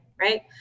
right